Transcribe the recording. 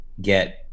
get